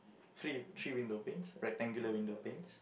three three window panes rectangular window panes